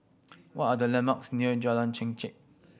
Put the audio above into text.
what are the landmarks near Jalan Chengkek